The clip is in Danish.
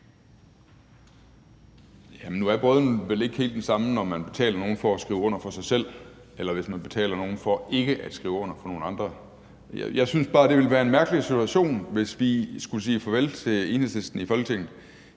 Jamen nu er brøden vel ikke helt den samme, når man betaler nogen for at skrive under for sig selv, eller når man betaler nogen for ikke at skrive under for nogle andre. Jeg synes bare, det ville være en mærkelig situation, hvis vi skulle sige farvel til Enhedslisten i Folketinget,